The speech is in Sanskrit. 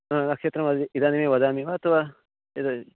न क्षेत्रं वा इदानीमेव वदामि वा अथवा यद्